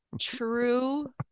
True